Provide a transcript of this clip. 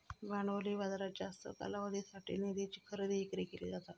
भांडवली बाजारात जास्त कालावधीसाठी निधीची खरेदी विक्री केली जाता